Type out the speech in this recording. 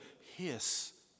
hiss